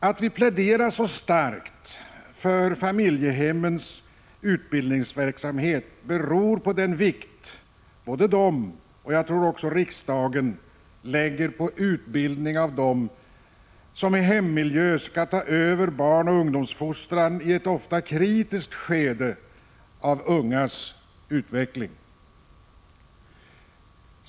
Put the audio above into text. Att vi pläderar så starkt för Familjehemmens utbildningsverksamhet beror på den vikt både de och riksdagen lägger på utbildning av dem som i hemmiljö skall ta över barnoch ungdomsfostran i ett ofta kritiskt skede av ungas utveckling.